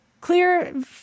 Clear